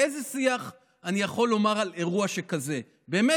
איזה שיח אני יכול לומר על אירוע שכזה באמת,